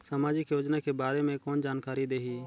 समाजिक योजना के बारे मे कोन जानकारी देही?